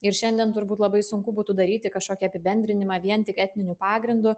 ir šiandien turbūt labai sunku būtų daryti kažkokį apibendrinimą vien tik etniniu pagrindu